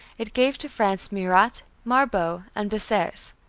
it gave to france murat, marbot, and bessieres.